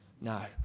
No